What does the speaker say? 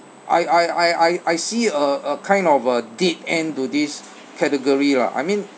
I I I I I see a a kind of a dead end to this category lah I mean